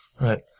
right